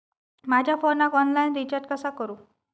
माझ्या फोनाक online recharge कसा करू?